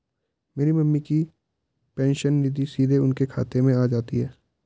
मेरी मम्मी की पेंशन निधि सीधे उनके खाते में आ जाती है